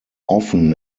often